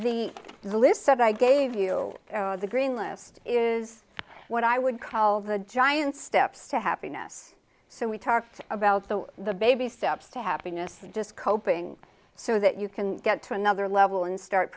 the list of i gave you the green list is what i would call the giant steps to happiness so we talked about the the baby steps to happiness just coping so that you can get to another level and start